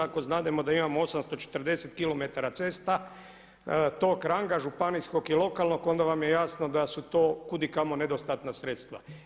Ako znademo da imamo 840 km cesta tog ranga županijskog i lokalnog, onda vam je jasno da su to kud i kamo nedostatna sredstva.